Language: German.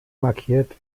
markiert